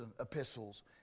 epistles